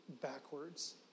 backwards